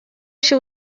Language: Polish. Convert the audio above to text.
się